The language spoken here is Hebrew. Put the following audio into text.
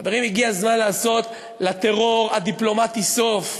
חברים, הגיע הזמן לעשות לטרור הדיפלומטי סוף.